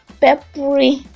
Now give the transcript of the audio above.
peppery